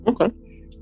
Okay